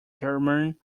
german